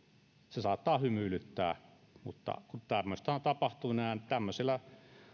se saattaa hymyilyttää mutta kun tämmöistä tapahtuu niin tämmöisellä